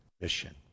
mission